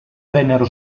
vennero